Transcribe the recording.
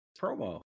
promo